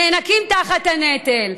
הנאנקים תחת הנטל,